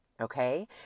Okay